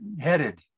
headed